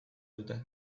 dute